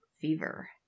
Fever